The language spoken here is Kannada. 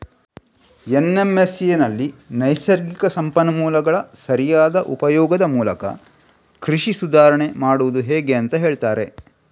ಎನ್.ಎಂ.ಎಸ್.ಎನಲ್ಲಿ ನೈಸರ್ಗಿಕ ಸಂಪನ್ಮೂಲಗಳ ಸರಿಯಾದ ಉಪಯೋಗದ ಮೂಲಕ ಕೃಷಿ ಸುಧಾರಾಣೆ ಮಾಡುದು ಹೇಗೆ ಅಂತ ಹೇಳ್ತಾರೆ